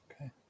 Okay